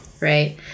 right